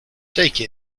take